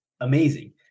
amazing